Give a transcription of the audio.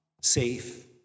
safe